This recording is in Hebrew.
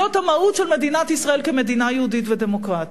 זאת המהות של מדינת ישראל כמדינה יהודית ודמוקרטית.